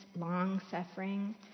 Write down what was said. long-suffering